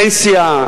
פנסיה,